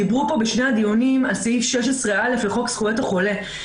דיברנו פה בשני הדיונים על סעיף 16א לחוק זכויות החולה.